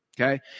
Okay